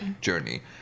journey